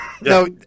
No